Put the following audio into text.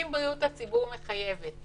אם בריאות הציבור מחייבת